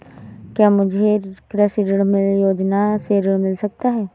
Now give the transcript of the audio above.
क्या मुझे कृषि ऋण योजना से ऋण मिल सकता है?